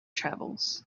travels